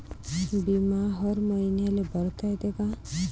बिमा हर मईन्याले भरता येते का?